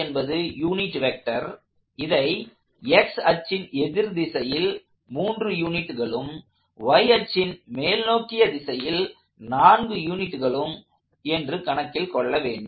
என்பது unit vector இதை x அச்சின் எதிர்திசையில் 3 யூனிட்களும் y அச்சின் மேல் நோக்கிய திசையில் 4 யூனிட்களும் என்று கணக்கில் கொள்ள வேண்டும்